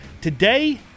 today